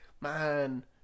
man